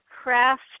Craft